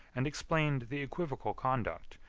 and explained the equivocal conduct,